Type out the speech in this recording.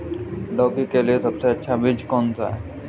लौकी के लिए सबसे अच्छा बीज कौन सा है?